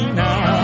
now